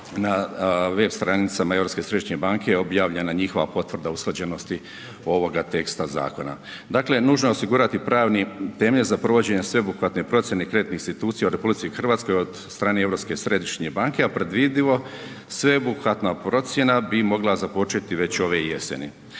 središnje banke objavljena njihova potvrda usklađenosti ovoga teksta zakona. Dakle, nužno je osigurati pravni temelj za provođenje sveobuhvatne procjene kreditnih institucija u RH od strane Europske središnje banke, a predvidivo sveobuhvatna procjena bi mogla započeti već ove jeseni.